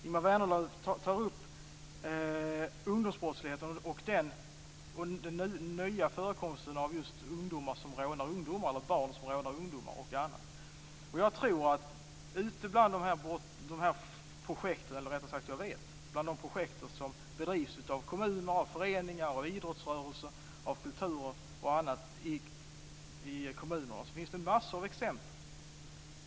Ingemar Vänerlöv tar upp ungdomsbrottsligheten och den nya förekomsten av ungdomar som rånar ungdomar eller barn som rånar barn osv. Jag vet att det ute bland de projekt som bedrivs av kommuner, föreningar, idrottsrörelser, kulturella föreningar osv. i kommunerna finns massor av goda exempel.